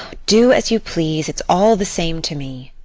do as you please. it's all the same to me.